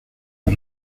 los